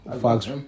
Fox